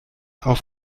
auf